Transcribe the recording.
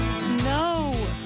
No